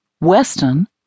Weston